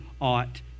ought